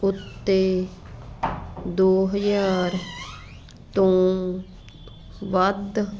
ਉੱਤੇ ਦੋ ਹਜ਼ਾਰ ਤੋਂ ਵੱਧ